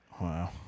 wow